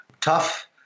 tough